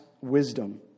wisdom